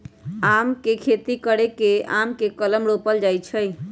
आम के खेती करे लेल आम के कलम रोपल जाइ छइ